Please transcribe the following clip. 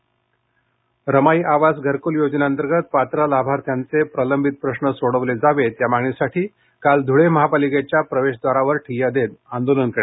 रमाई आवास योजना रमाई आवास घरकूल योजनेअंतर्गत पात्र लाभार्थ्यांचे प्रलंबित प्रश्न सोडवले जावे या मागणीसाठी काल ध्रळे महापालिकेच्या प्रवेशव्दारावर ठिय्या देत आंदोलन करण्यात आले